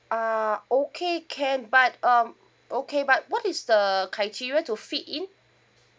uh okay can but um okay but what is the criteria to fit in